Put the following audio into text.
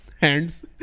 Hands